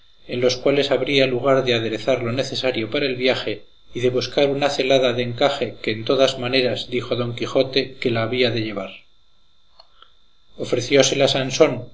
en los cuales habría lugar de aderezar lo necesario para el viaje y de buscar una celada de encaje que en todas maneras dijo don quijote que la había de llevar ofreciósela sansón